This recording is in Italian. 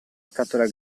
scatola